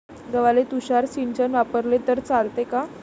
गव्हाले तुषार सिंचन वापरले तर चालते का?